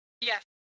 Yes